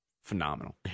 Phenomenal